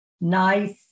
nice